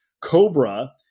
Cobra